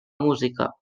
música